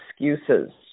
excuses